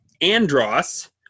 Andros